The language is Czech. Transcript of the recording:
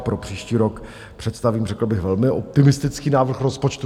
Pro příští rok představím řekl bych velmi optimistický návrh rozpočtu.